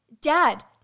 dad